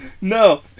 No